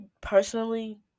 personally